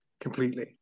completely